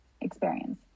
experience